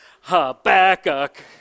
Habakkuk